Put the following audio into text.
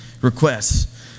requests